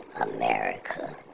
America